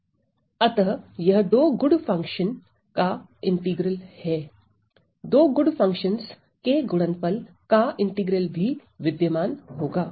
अतःयह दो good function का integral है दो गुड फंक्शनस के गुणनफल का इंटीग्रल भी विद्यमान होगा